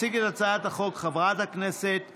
תציג את הצעת החוק חברת הכנסת עטייה,